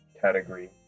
category